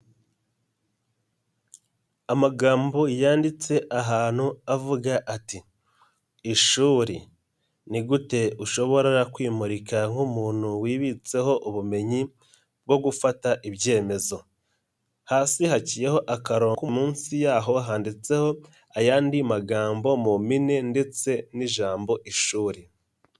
Amagambo yanditse ahantu avuga ati" Ishuri, ni gute ushobora kwimurika nk'umuntu wibitseho ubumenyi bwo gufata ibyemezo", hasi haciyeho akarongo, munsi yaho handitseho ayandi magambo mu mpine ndetse n'ijambo ishuri.